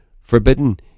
Forbidden